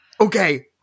Okay